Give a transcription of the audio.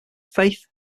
faith